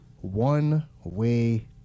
one-way